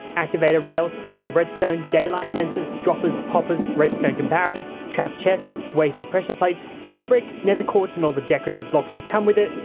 activator rails, block of redstone, daylight sensors, droppers, hoppers, redstone comparators, trapped chests, weighted pressure plates, nether brick, nether quatrz and all the decorative blocks that come with it,